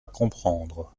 comprendre